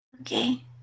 okay